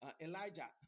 Elijah